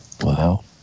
Wow